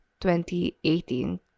2018